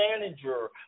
manager